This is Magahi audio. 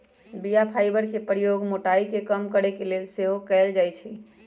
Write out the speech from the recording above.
बीया फाइबर के प्रयोग मोटाइ के कम करे के लेल सेहो कएल जाइ छइ